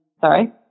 sorry